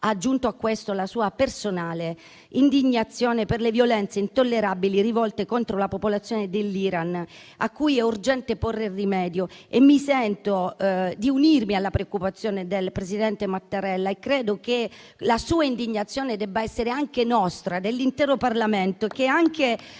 ha aggiunto a questo la sua personale indignazione per le violenze intollerabili rivolte contro la popolazione dell'Iran, cui è urgente porre rimedio. Mi sento di unirmi alla preoccupazione del presidente Mattarella, e credo che la sua indignazione debba essere anche la nostra, dell'intero Parlamento